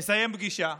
מסיים פגישה,